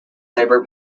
labour